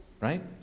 right